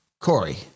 Corey